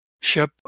ship